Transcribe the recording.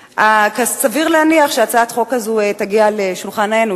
סביר להניח שהצעת החוק הזו תגיע לשולחננו,